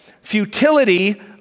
futility